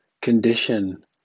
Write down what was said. condition